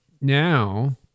now